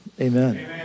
Amen